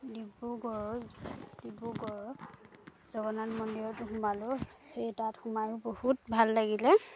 ডিব্ৰুগড় ডিব্ৰুগড় জগন্নাথ মন্দিৰতো সোমালোঁ সেই তাত সোমাইও বহুত ভাল লাগিলে